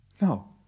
No